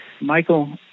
Michael